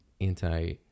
anti